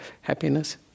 happiness